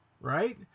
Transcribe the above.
right